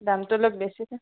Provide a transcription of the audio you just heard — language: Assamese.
দামটো অলপ বেছি যে